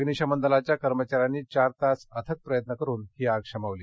अग्निशमन दलाच्या कर्मचान्यांनी चार तास अथक प्रयत्न करून आग शमवली